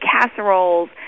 casseroles